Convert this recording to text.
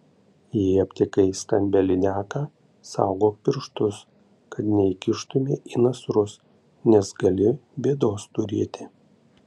jei aptikai stambią lydeką saugok pirštus kad neįkištumei į nasrus nes gali bėdos turėti